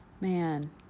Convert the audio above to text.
man